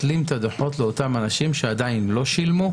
הדוחות לאותם אנשים שעדיין לא שילמו.